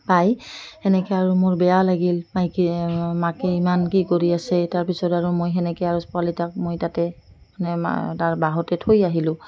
পায় সেনেকৈ আৰু মোৰ বেয়া লাগিল মাকে মাকে ইমান কি কৰি আছে তাৰ পিছত আৰু মই সেনেকৈ আৰু পোৱালিটোক মই তাতে মানে তাৰ বাঁহতে থৈ আহিলোঁ